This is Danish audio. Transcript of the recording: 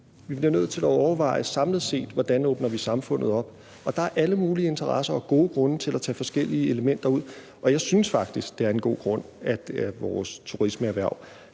Vi bliver nødt til at overveje, hvordan vi samlet set åbner samfundet op. Der er alle mulige interesser i det og gode grunde til at tage forskellige elementer ud, og jeg synes faktisk, at det er en god grund, at vores turismeerhverv